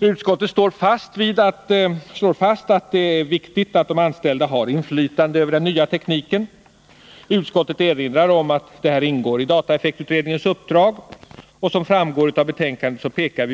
Utskottet slår fast att det är viktigt att de anställda har inflytande över den nya tekniken. Utskottet erinrar om att det ingår i dataeffektutredningens uppdrag att studera de anställdas möjligheter till inflytande över datoranvändningen.